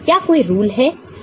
क्या कोई रूल है